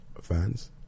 fans